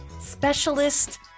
specialist